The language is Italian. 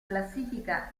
classifica